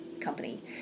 company